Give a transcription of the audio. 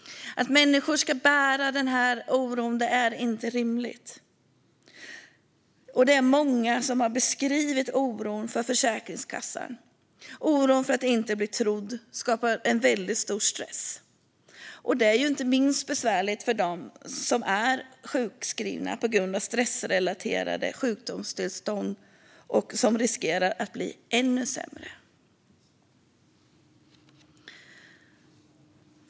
Att människor ska bära denna oro är inte rimligt. Det är många som har beskrivit oron för Försäkringskassan. Oron för att inte bli trodd skapar en väldigt stor stress. Detta är inte minst besvärligt för dem som är sjukskrivna på grund av stressrelaterade sjukdomstillstånd och som riskerar att bli ännu sämre.